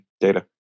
Data